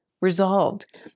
resolved